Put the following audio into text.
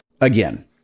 Again